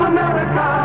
America